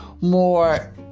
more